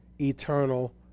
eternal